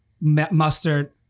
mustard